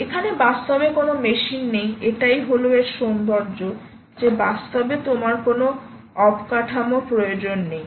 এখানে বাস্তবে কোন মেশিন নেই এটাই হল এর সৌন্দর্য যে বাস্তবে তোমার কোন অবকাঠামো প্রয়োজন নেই